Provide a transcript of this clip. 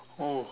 oh